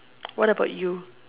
what about you